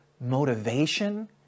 motivation